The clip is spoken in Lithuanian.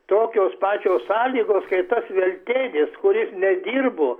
tokios pačios sąlygos kaip tas veltėdis kuris nedirbo